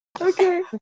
Okay